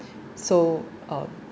so uh